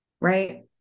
right